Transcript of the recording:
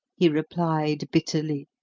he replied bitterly.